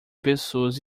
pessoas